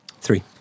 Three